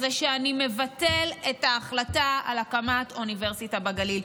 זה שאני מבטל את ההחלטה על הקמת אוניברסיטה בגליל.